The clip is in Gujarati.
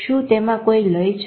શું તેમાં કોઈ લય છે